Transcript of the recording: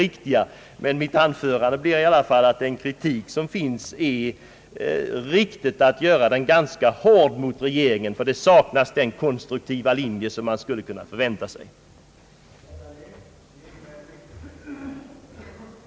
Jag anser dock att det är riktigt att framföra en hård kritik mot regeringen, ty den konstruktiva linje som man skulle kunna förvänta sig saknas.